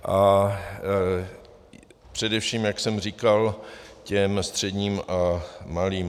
A především, jak jsem říkal, těm středním a malým.